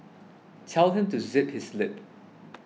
tell him to zip his lip